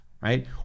right